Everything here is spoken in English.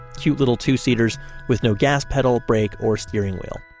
cute little two-seaters with no gas pedal, brake or steering wheel.